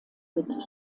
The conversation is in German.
mit